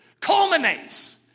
culminates